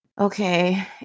Okay